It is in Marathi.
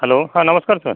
हॅलो हा नमस्कार सर